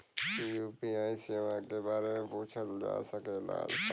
UPI सेवा के बारे में पूछ जा सकेला सवाल?